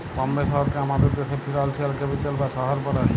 বম্বে শহরকে আমাদের দ্যাশের ফিল্যালসিয়াল ক্যাপিটাল বা শহর ব্যলে